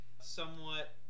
somewhat